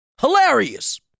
Hilarious